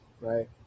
right